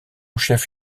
chef